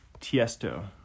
Tiesto